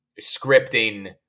scripting